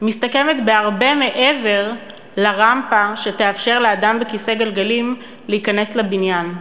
מסתכמת בהרבה מעבר לרמפה שתאפשר לאדם בכיסא גלגלים להיכנס לבניין,